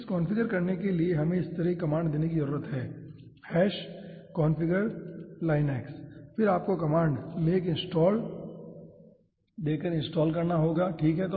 तो इसे कॉन्फ़िगर करने के लिए हमें इस तरह की कमांड देने की जरूरत है configure Linux फिर आपको कमांड make install देकर इंस्टाल करना होगा ठीक है